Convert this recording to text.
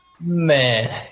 Man